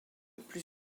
plus